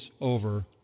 over